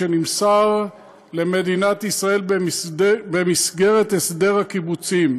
שנמסר למדינת ישראל במסגרת הסדר הקיבוצים.